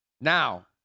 Now